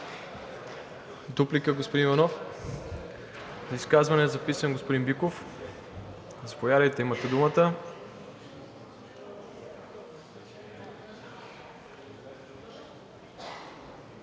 Дуплика, господин Иванов? За изказване е записан господин Биков. Заповядайте, имате думата.